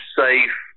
safe